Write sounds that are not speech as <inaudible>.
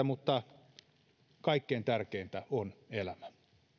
<unintelligible> mutta kaikkein tärkeintä on elämä